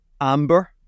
amber